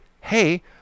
hey